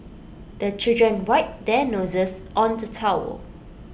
the children wipe their noses on the towel